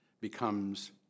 becomes